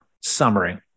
Summary